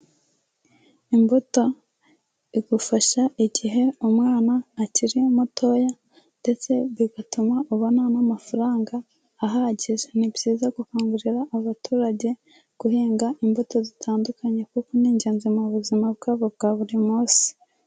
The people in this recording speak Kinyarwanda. Imbuto igufasha igihe umwana akiri mutoya ndetse bigatuma ubona n'amafaranga ahagije. Ni byiza gukangurira abaturage guhinga imbuto zitandukanye kuko ni ingenzi mu buzima bwabo bwa buri munsi.